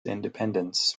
independence